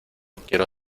quiero